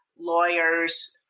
lawyers